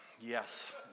Yes